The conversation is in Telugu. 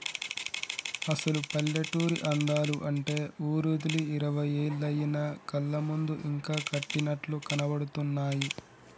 అసలు పల్లెటూరి అందాలు అంటే ఊరోదిలి ఇరవై ఏళ్లయినా కళ్ళ ముందు ఇంకా కట్టినట్లు కనబడుతున్నాయి